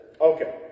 Okay